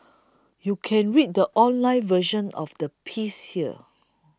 you can read the online version of the piece here